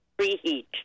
preheat